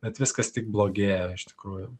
bet viskas tik blogėjo iš tikrųjų